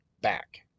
back